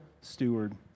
steward